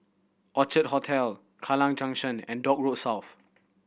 Orchard Hotel Kallang Junction and Dock Road South